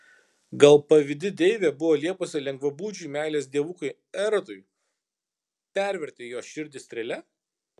gal pavydi deivė buvo liepusi lengvabūdžiui meilės dievukui erotui perverti jos širdį strėle